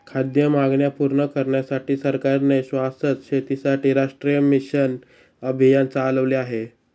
खाद्य मागण्या पूर्ण करण्यासाठी सरकारने शाश्वत शेतीसाठी राष्ट्रीय मिशन अभियान चालविले आहे